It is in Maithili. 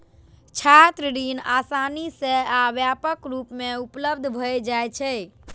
छात्र ऋण आसानी सं आ व्यापक रूप मे उपलब्ध भए जाइ छै